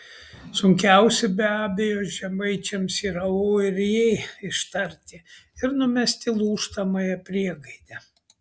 sunkiausi be abejo žemaičiams yra o ir ė ištarti ir numesti lūžtamąją priegaidę